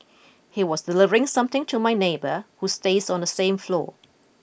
he was delivering something to my neighbour who stays on the same floor